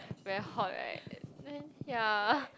very hot right then ya